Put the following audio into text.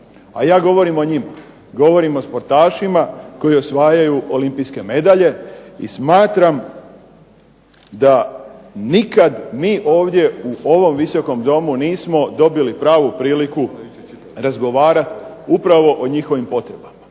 a ja govorim o njima. Govorim o sportašima koji osvajaju olimpijske medalje i smatram da nikad mi ovdje u ovom Visokom domu nismo dobili pravu priliku razgovarat upravo o njihovim potrebama,